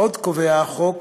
עוד קובע החוק